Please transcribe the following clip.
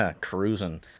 Cruising